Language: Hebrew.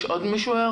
יש עוד הערות?